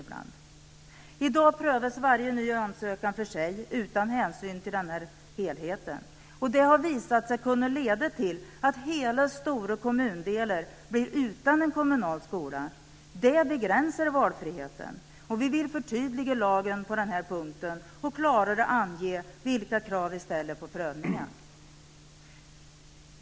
I dag prövas varje ny ansökan för sig utan hänsyn till helheten. Det har visat sig kunna leda till att hela stora kommundelar blir utan en kommunal skola. Det begränsar valfriheten. Vi vill förtydliga lagen på den här punkten och klarare ange vilka krav vi ställer på prövningen.